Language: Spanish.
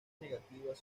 negativas